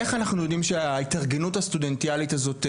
איך אנחנו יודעים שההתארגנות הסטודנטיאלית הזאת קיימת,